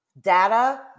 data